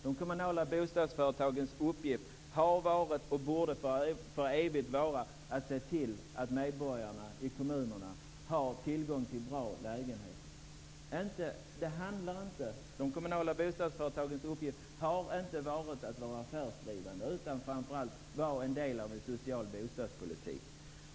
De kommunala bostadsföretagens uppgift har varit och borde för evigt vara att se till att medborgarna i kommunerna har tillgång till bra lägenheter. De kommunala bostadsföretagens uppgift har inte varit att vara affärsdrivande, utan framför allt att vara en del av en social bostadspolitik.